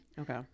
Okay